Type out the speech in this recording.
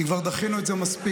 כי כבר דחינו את זה מספיק.